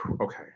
okay